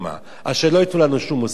אז שלא ייתנו לנו שום מוסר בעניין הזה.